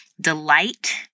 delight